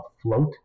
afloat